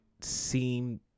seem